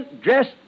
dressed